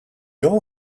all